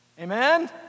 Amen